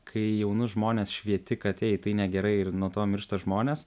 kai jaunus žmones švieti kad ei tai negerai ir nuo to miršta žmonės